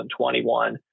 2021